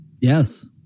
Yes